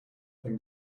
then